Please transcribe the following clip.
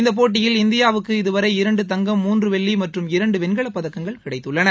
இந்த போட்டியில் இந்தியாவுக்கு இதுவரை இரண்டு தங்கம் மூன்று வெள்ளி மற்றம் இரண்டு வெண்கலப்பதக்கங்கள் கிடைத்துள்ளன